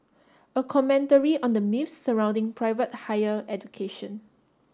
a commentary on the myths surrounding private higher education